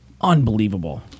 unbelievable